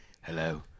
hello